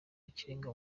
w’ikirenga